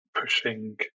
pushing